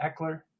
Eckler